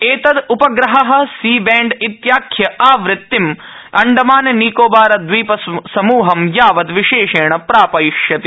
एतद्पग्रह C band इत्याख्य आवृतिं अण्डमान निकोबार दवीपसमूहं यावत् विशेषेण प्रापयिष्यति